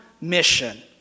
mission